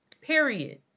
Period